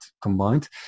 combined